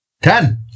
Ten